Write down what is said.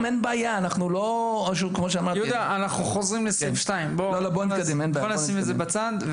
יהודה, אנחנו חוזרים לסעיף 2. בוא נשים את זה בצד.